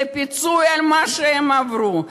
זה פיצוי על מה שהם עברו.